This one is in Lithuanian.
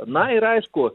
na ir aišku